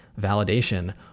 validation